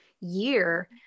year